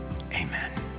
Amen